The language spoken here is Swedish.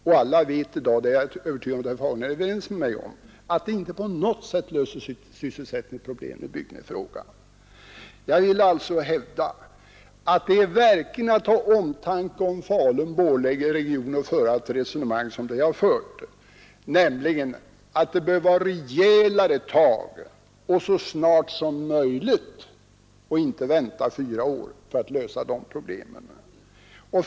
Och alla inser väl i dag — jag är övertygad om att herr Fagerlund också gör det — att detta inte på något sätt löser sysselsättningsproblemen i bygden. Jag vill alltså hävda att det verkligen är att ha omtanke om Falun-Borlängeregionen att föra ett sådant resonemang som jag har fört: det bör tas rejälare tag och så snart som möjligt. Vi får inte vänta fyra år för att lösa de problemen.